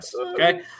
Okay